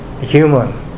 human